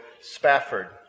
Spafford